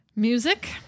Music